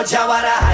Jawara